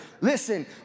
Listen